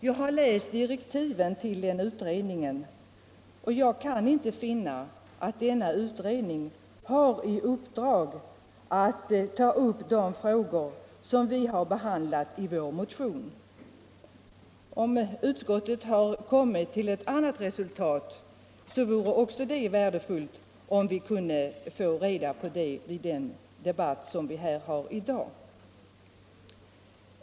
Jag har läst direktiven för denna utredning men kan inte finna att den har i uppdrag att behandla de frågor som vi har tagit upp i vår motion. Om utskottet har kommit till ett annat resultat, vore det också värdefullt om vi kunde få reda på det.